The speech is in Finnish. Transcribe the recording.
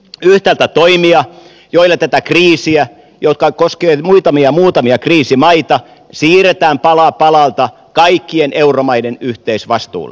yhtäältä toimia joilla tätä kriisiä joka koskee muutamia kriisimaita siirretään pala palalta kaikkien euromaiden yhteisvastuulle